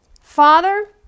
Father